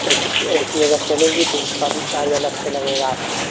A C A C अगर चलेगी तो उसका भी चार्ज अलग से लगेगा आपका